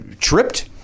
Tripped